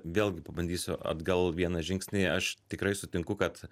vėlgi pabandysiu atgal vieną žingsnį aš tikrai sutinku kad